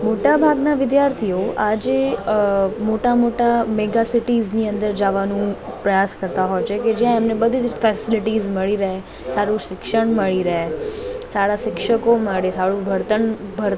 મોટા ભાગના વિદ્યાર્થીઓ આજે અ મોટાં મોટાં મેગા સિટીઝની અંદર જવાનું પ્રયાસ કરતા હોય છે કે જ્યાં એમને બધી જ ફેસિલિટીઝ મળી રહે સારું શિક્ષણ મળી રહે સારા શિક્ષકો મળે સારું ભર્તન ભર